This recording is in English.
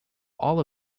all